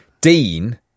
Dean